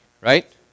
right